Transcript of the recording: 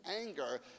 anger